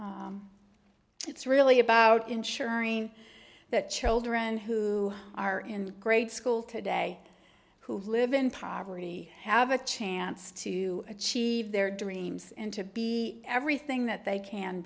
fold it's really about ensuring that children who are in grade school today who live in poverty have a chance to achieve their dreams and to be everything that they can